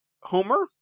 Homer